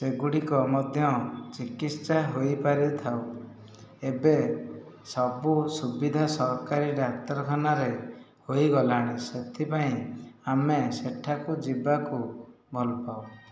ସେଗୁଡ଼ିକ ମଧ୍ୟ ଚିକିତ୍ସା ହୋଇପାରିଥାଉ ଏବେ ସବୁ ସୁବିଧା ସରକାରୀ ଡାକ୍ତରଖାନାରେ ହୋଇଗଲାଣି ସେଥିପାଇଁ ଆମେ ସେଠାକୁ ଯିବାକୁ ଭଲପାଉ